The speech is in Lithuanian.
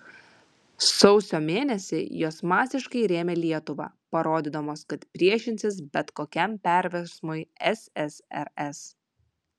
sausio mėnesį jos masiškai rėmė lietuvą parodydamos kad priešinsis bet kokiam perversmui ssrs